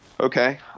Okay